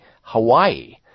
Hawaii